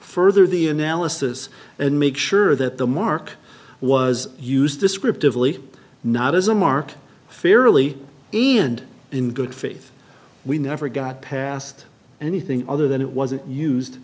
further the analysis and make sure that the mark was used descriptively not as a mark fairly and in good faith we never got past anything other than it wasn't used